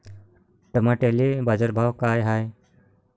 टमाट्याले बाजारभाव काय हाय?